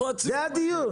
זה הדיון.